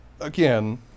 again